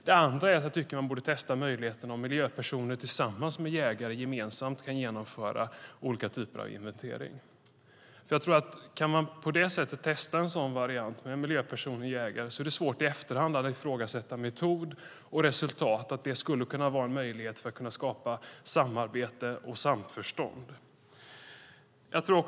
Man borde också testa möjligheten att låta miljöpersoner tillsammans med jägare gemensamt genomföra olika typer av inventering. Genom att testa en variant med miljöperson och jägare är det svårt att i efterhand ifrågasätta metod och resultat. Det kan vara en möjlighet att skapa samarbete och samförstånd.